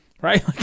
Right